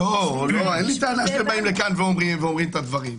אין לי טענה שאתם אומרים פה את הדברים,